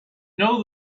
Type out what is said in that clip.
know